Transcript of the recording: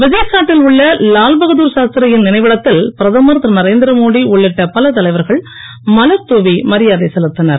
விஜய்காட்டில் உள்ள லால்பகதூர் சாஸ்திரியின் நினைவிடத்தில் பிரதமர் திரு நரேந்திரமோடி உள்ளிட்ட பல தலைவர்கள் மலர் தூவி மரியாதை செலுத்தினர்